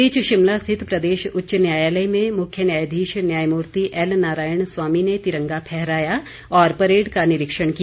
इस बीच शिमला स्थित प्रदेश उच्च न्यायालय में मुख्य न्यायाधीश न्यायमूर्ति एल नारायण स्वामी ने तिरंगा फहराया और परेड का निरीक्षण किया